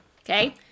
okay